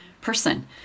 person